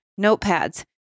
notepads